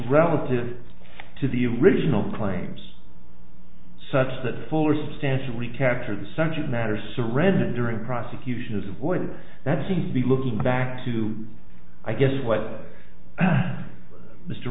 relative to the original claims such that fuller stance recapture the subject matter surrendering prosecutions when that seems to be looking back to i guess what